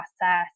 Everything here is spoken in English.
process